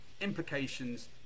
implications